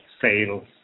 sales